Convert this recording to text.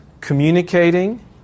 communicating